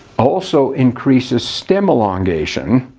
also increases stem elongation,